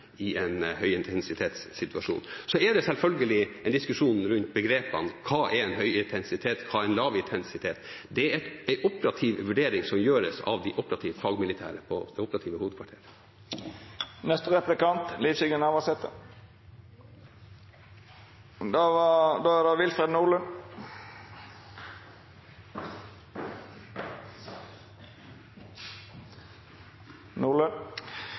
i en høyintensitetssituasjon. Så er det selvfølgelig en diskusjon rundt begrepene: Hva er «høyintensitet»? Hva er «lavintensitet»? Det er en operativ vurdering som gjøres av de fagmilitære i det operative hovedkvarteret. I spørretimen forrige onsdag var vi vitne til en litt spesiell seanse da